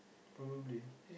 probably